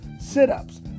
sit-ups